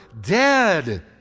dead